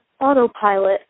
autopilot